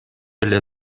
эле